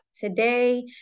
Today